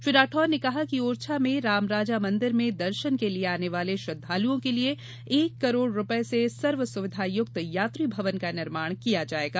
श्री राठौर ने कहा कि ओरछा में रामराजा मंदिर में दर्शन के लिये आने वाले श्रद्दालुओं के लिये एक करोड़ रुपये से सर्व सुविधायुक्त यात्री भवन का निर्माण किया जायेगा